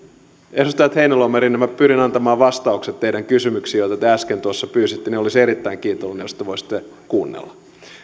edustajat heinäluoma ja rinne minä pyrin antamaan vastaukset teidän kysymyksiinne joita te äsken tuossa pyysitte ja olisin erittäin kiitollinen jos te voisitte kuunnella